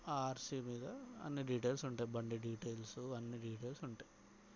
RC మీద అన్ని details ఉంటయి బండి డీటైల్స్ అన్ని డీటైల్స్ ఉంటాయి